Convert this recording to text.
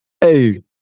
Hey